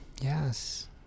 Yes